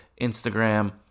instagram